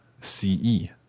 C-E